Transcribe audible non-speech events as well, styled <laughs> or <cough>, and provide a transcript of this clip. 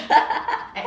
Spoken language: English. <laughs>